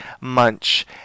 Munch